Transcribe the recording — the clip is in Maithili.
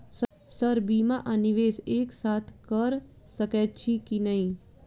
सर बीमा आ निवेश एक साथ करऽ सकै छी की न ई?